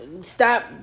Stop